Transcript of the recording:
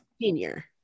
senior